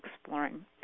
exploring